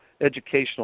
educational